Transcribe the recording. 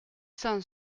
cent